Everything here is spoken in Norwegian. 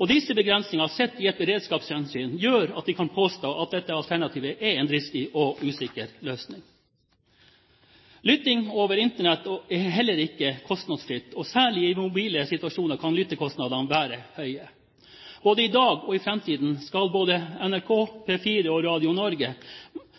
Og disse begrensingene sett i et beredskapshensyn gjør at vi kan påstå at dette alternativet er en dristig og usikker løsning. Lytting over Internett er heller ikke kostnadsfritt, og særlig i mobile situasjoner kan lyttekostnadene være høye. Både i dag og i framtiden skal både NRK, P4 og Radio Norge